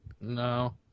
No